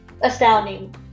astounding